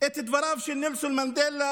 את דבריו של נלסון מנדלה